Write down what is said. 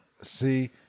See